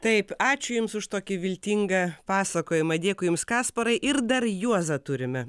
taip ačiū jums už tokį viltingą pasakojimą dėkui jums kasparai ir dar juozą turime